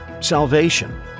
salvation